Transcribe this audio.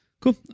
Cool